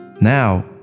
Now